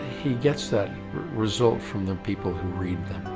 he gets that result from the people who read